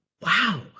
wow